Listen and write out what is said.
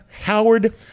Howard